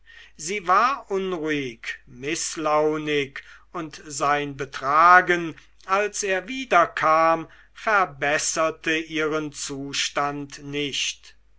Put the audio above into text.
sie war unruhig mißlaunig und sein betragen als er wiederkam verbesserte ihren zustand nicht